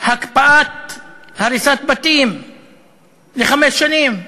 הקפאת הריסת בתים לחמש שנים,